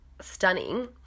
stunning